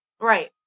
Right